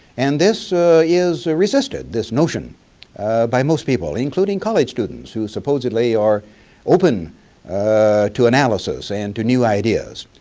and this is a resistant, this notion by most people, including college students who supposedly are open to analysis and to new ideas.